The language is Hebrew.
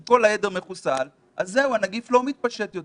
אם כל העדר מחוסל אז זהו, הנגיף לא מתפשט יותר.